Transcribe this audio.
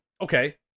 Okay